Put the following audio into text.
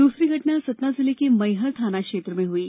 दूसरी घटना सतना जिले के मैहर थाना क्षेत्र में हुई